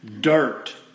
Dirt